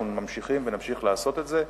אנחנו ממשיכים ונמשיך לעשות את זה.